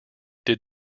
did